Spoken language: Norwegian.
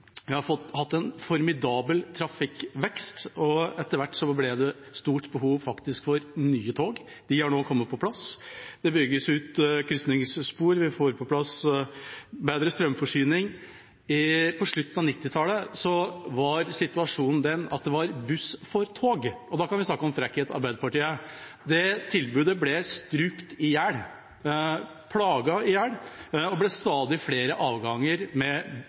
Vi har fått utviklet stasjonene. Det er mulig å parkere og gå på toget. Vi har hatt en formidabel trafikkvekst, og etter hvert ble det faktisk stort behov for nye tog. De har nå kommet på plass. Det bygges ut krysningsspor. Vi får på plass bedre strømforsyning. På slutten av 1990-tallet var situasjonen den at det var buss for tog – og da kan vi snakke om frekkhet, Arbeiderpartiet. Det tilbudet ble strupt i hjel, plaget i hjel, og det ble stadig